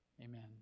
Amen